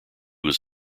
was